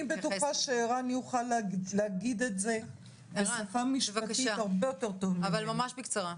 אני בטוחה שערן יוכל להגיד את זה בשפה משפטית הרבה יותר טוב ממני.